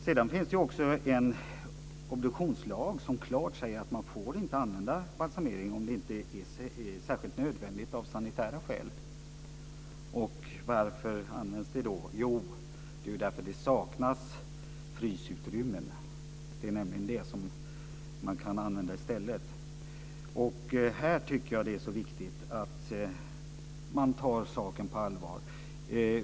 Det finns en obduktionslag som klart säger att man inte får använda balsamering om det inte är särskilt nödvändigt av sanitära skäl. Varför används det då? Jo, därför att det saknas frysutrymmen. Alternativet är nämligen nedfrysning. Jag tycker att det är viktigt att man tar detta på allvar.